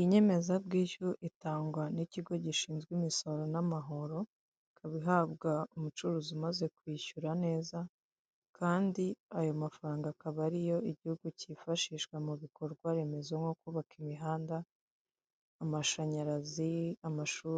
Iduka ricururizwamo imyenda yaba mama mo imbere hakaba hari mu ububiko bikozwe mu buryo bwa mpandeshatu, buteretsemo ibitenge bigiye bitandukanye, imbere yaho hakaba hari igitenge kiharambuye gisa nk'ikifashishwa mu kwamamaza iruhande rwacyo, hakaba hateretse